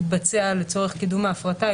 תתבצע לצורך קידום ההפרטה,